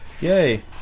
Yay